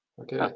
Okay